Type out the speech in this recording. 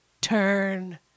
turn